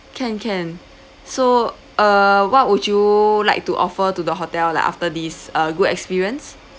can can so uh what would you like to offer to the hotel like after this uh good experience